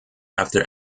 after